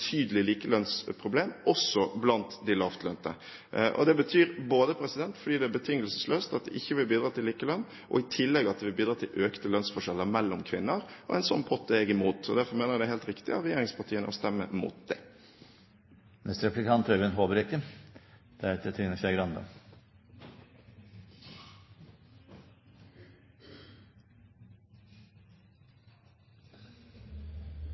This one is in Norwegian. likelønnsproblem også blant de lavtlønte. Fordi det er betingelsesløst, betyr det at det ikke vil bidra til likelønn, og i tillegg at det vil bidra til økte lønnsforskjeller mellom kvinner. En sånn pott er jeg imot. Derfor mener jeg det er helt riktig av regjeringspartiene å stemme mot